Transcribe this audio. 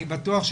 אני בטוח,